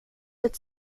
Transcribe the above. its